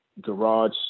Garage